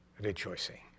rejoicing